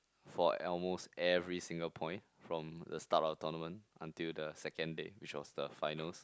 for almost every single point from the start of the tournament until the second day which was the finals